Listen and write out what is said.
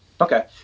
Okay